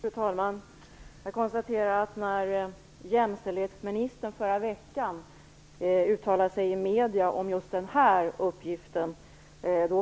Fru talman! Jag konstaterar att när jämställdhetsministern förra veckan uttalade sig i medierna om just den här uppgiften